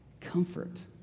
Comfort